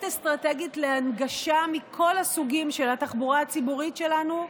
אסטרטגית להנגשה מכל הסוגים של התחבורה הציבורית שלנו,